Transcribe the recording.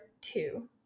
two